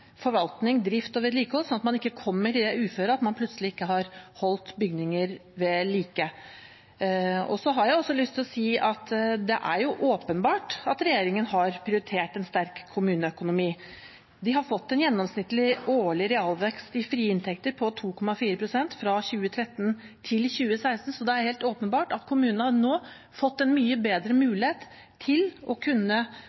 forvaltning, drift og vedlikehold, slik at man ikke plutselig kommer i det uføret at man ikke har holdt bygninger ved like. Regjeringen har åpenbart prioritert en sterk kommuneøkonomi. Kommunene har fått en gjennomsnittlig årlig realvekst i frie inntekter på 2,4 pst. fra 2013 til 2016 og har nå, åpenbart,